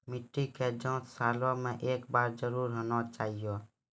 मिट्टी के जाँच सालों मे एक बार जरूर होना चाहियो?